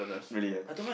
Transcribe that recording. really ah